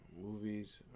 movies